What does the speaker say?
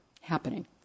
happening